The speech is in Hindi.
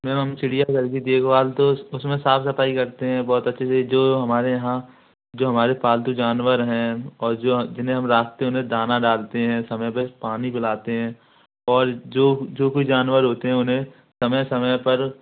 मैम हम चिड़ियाघर की देखभाल तो उसमें साफ सफाई करते हैं बहुत अच्छे से जो हमारे यहाँ जो हमारे पालतू जानवर हैं और जो जिन्हें हम रास्ते में दाना डालते हैं समय पर पानी पिलाते हैं और जो जो कोई जानवर होते हैं उन्हें समय समय पर